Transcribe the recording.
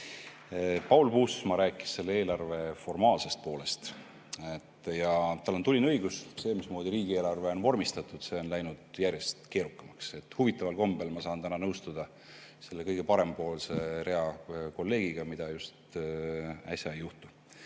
Paul Puustusmaa rääkis selle eelarve formaalsest poolest ja tal on tuline õigus. See, mismoodi riigieelarve on vormistatud, on läinud järjest keerukamaks. Huvitaval kombel ma saan täna nõustuda selle kõige parempoolsema rea kolleegiga, mida just tihti ei juhtu.